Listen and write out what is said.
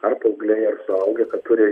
ar paaugliai ar suaugę kad turi